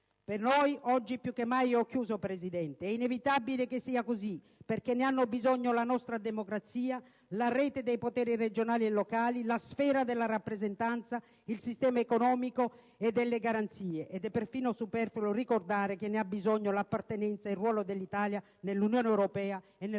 Per noi, oggi più che mai, è inevitabile che sia così, perché ne hanno bisogno la nostra democrazia, la rete dei poteri regionali e locali, la sfera della rappresentanza, il sistema economico e delle garanzie. Ed è perfino superfluo ricordare che ne ha bisogno l'appartenenza e il ruolo dell'Italia nell'Unione europea e nel mondo.